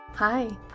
Hi